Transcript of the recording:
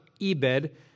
Ebed